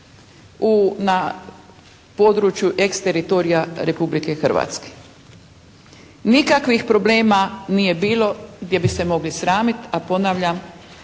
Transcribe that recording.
na području eksteritorija Republike Hrvatske. Nikakvih problema nije bilo gdje bi se mogli sramiti. A ponavljam,